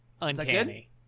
Uncanny